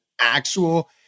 actual